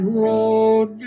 road